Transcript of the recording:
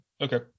Okay